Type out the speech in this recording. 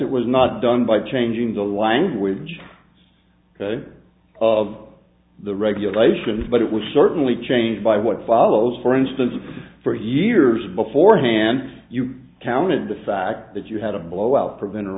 it was not done by changing the language of the regulations but it was certainly changed by what follows for instance of four years beforehand you counted the fact that you had a blowout prevent